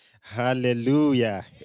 Hallelujah